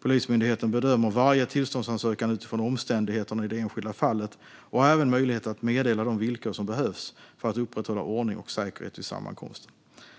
Polismyndigheten bedömer varje tillståndsansökan utifrån omständigheterna i det enskilda fallet och har även möjlighet att meddela de villkor som behövs för att upprätthålla ordning och säkerhet vid sammankomsten.